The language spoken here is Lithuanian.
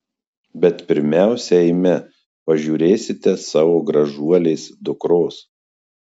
bet pirmiausia eime pažiūrėsite savo gražuolės dukros